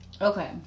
okay